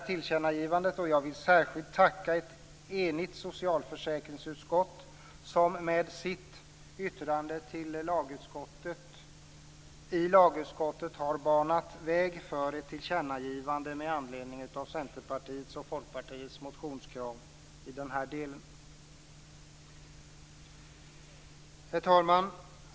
Jag vill särskilt tacka ett enigt socialförsäkringsutskott, som med sitt yttrande till lagutskottet i lagutskottet har banat väg för ett tillkännagivande med anledning av Centerpartiets och Folkpartiets motionskrav i denna del. Herr talman!